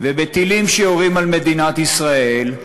ובטילים שיורים על מדינת ישראל.